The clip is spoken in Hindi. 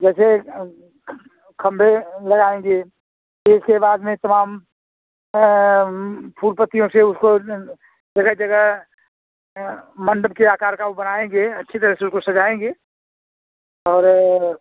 जैसे खंभे लगाएँगे फिर इसके बाद में तमाम फूल पत्तियों से उसको जगह जगह मंडप के आकार का ओ बनाएँगे अच्छी तरह से उसको सजाएँगे और